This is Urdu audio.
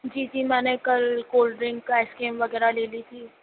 جی جی میں نے کل کول ڈرنک آئس کریم وغیرہ لے لی تھی